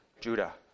Judah